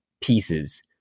pieces